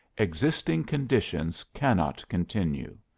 existing conditions cannot continue.